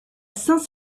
saint